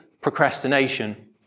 procrastination